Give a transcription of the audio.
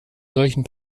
solchen